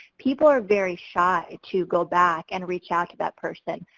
people are very shy to go back and reach out to that person.